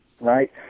right